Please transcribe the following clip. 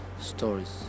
stories